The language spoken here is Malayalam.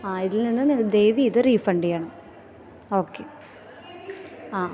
ആ ഇതില്നിന്ന് ദയവ് ചെയ്ത് റീഫണ്ട് ചെയ്യണം ഓക്കെ ആ